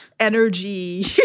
energy